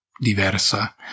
diversa